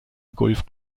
golf